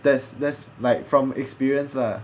that's that's like from experience lah